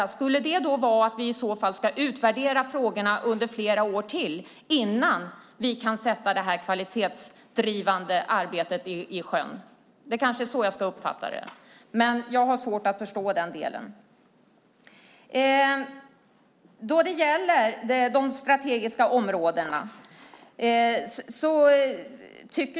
Eller skulle det kanske vara att vi ska utvärdera frågorna under flera år till innan vi kan sätta det här kvalitetsdrivande arbetet i sjön? Det kanske är så jag ska uppfatta det. Jag har svårt att förstå den delen. Sedan har vi de strategiska områdena.